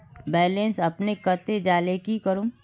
Balance अपने कते जाले की करूम?